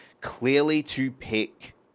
clearly-to-pick